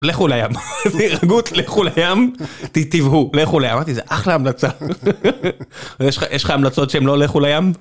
לכו לים, תרגעו לכו לים, תבהו, לכו לים, אמרתי זה אחלה המלצה, יש לך המלצות שהם לא לכו לים?